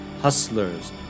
hustlers